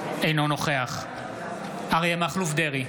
אינו נוכח אריה מכלוף דרעי,